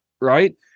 Right